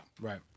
Right